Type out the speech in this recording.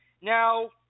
Now